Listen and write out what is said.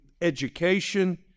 education